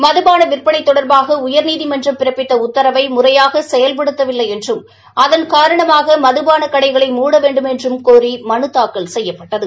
மதபான விற்பனை தொட்பாக உயர்நீதிமன்றம் பிற்பபித்த உதத்ரவை முறையான செயல்டடுத்தவில்லை என்றும் அதன் காரணமாக மதுபாள கடைகளை மூட வேண்டுமெனறும் கோரி மனு தாக்கல் செய்யப்பட்டது